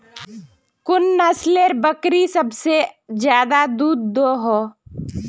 कुन नसलेर बकरी सबसे ज्यादा दूध दो हो?